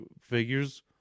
figures